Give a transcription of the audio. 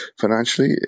financially